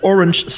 Orange